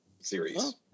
series